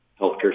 healthcare